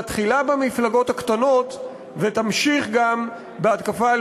מתחילה במפלגות הקטנות ותמשיך גם בהתקפה על